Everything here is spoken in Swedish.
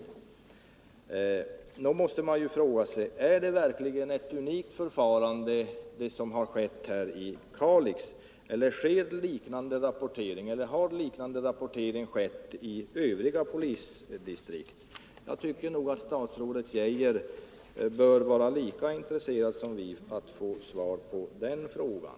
Därför måste man fråga sig: Är fallet i Kalix verkligen unikt eller har liknande rapportering skett i övriga polisdistrikt? Jag tycker nog att statsrådet Geijer bör vara lika intresserad som vi av att få svar på den frågan.